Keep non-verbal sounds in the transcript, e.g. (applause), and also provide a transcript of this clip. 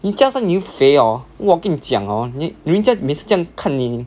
你加上你又肥 hor !wah! 跟你讲 hor 你人家每次这样看你 (noise)